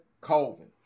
Colvin